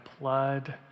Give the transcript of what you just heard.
blood